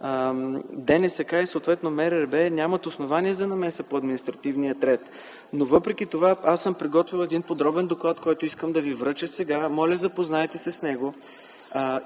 благоустройството нямат основание за намеса по административния ред. Въпреки това аз съм подготвил един подробен доклад, който искам да Ви връча сега. Моля, запознайте се с него.